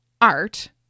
art